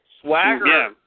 Swagger